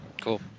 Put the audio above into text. Cool